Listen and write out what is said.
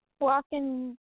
Walking